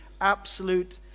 absolute